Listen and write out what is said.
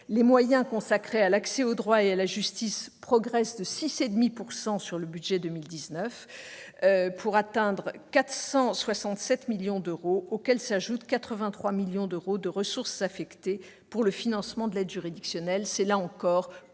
Les moyens consacrés à l'accès au droit et à la justice progressent de 6,5 % dans le budget pour 2019 pour atteindre 467 millions d'euros, auxquels s'ajoutent 83 millions d'euros de ressources affectées, destinées au financement de l'aide juridictionnelle. Ce sont plus